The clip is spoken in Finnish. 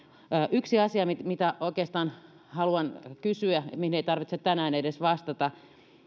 yksi asia mitä mitä oikeastaan haluan kysyä mihin ei tarvitse tänään edes vastata